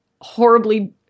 horribly